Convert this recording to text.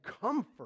comfort